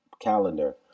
calendar